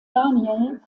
daniel